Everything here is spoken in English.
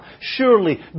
Surely